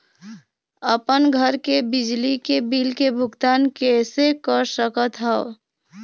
अपन घर के बिजली के बिल के भुगतान कैसे कर सकत हव?